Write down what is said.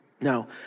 Now